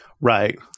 Right